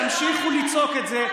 תמשיכו לצעוק את זה,